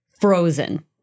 frozen